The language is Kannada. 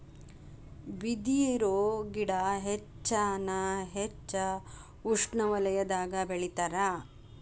ಬಿದರು ಗಿಡಾ ಹೆಚ್ಚಾನ ಹೆಚ್ಚ ಉಷ್ಣವಲಯದಾಗ ಬೆಳಿತಾರ